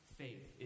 faith